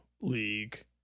league